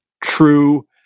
true